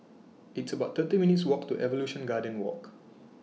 It's about thirty minutes' Walk to Evolution Garden Walk